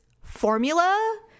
formula